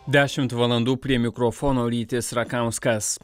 dešimt valandų prie mikrofono rytis rakauskas